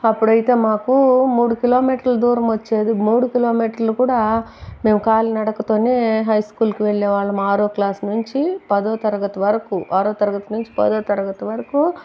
అప్పుడైతే మాకు మూడు కిలోమీటర్లు దూరం వచ్చేది మూడు కిలోమీటర్లు కూడా మేము కాలినడకతోనే హై స్కూల్కి వెళ్ళే వాళ్ళం ఆరో క్లాస్ నుంచి పదో తరగతి వరకు ఆరో తరగతి నుంచి పదో తరగతి వరకు